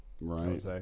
Right